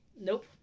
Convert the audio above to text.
nope